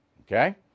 Okay